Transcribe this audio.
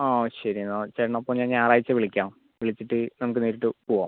ആ ശരിയെന്നാൽ ചേട്ടനെ അപ്പോൾ ഞാൻ ഞായറാഴ്ച്ച വിളിക്കാം വിളിച്ചിട്ട് നമുക്ക് നേരിട്ട് പോവാം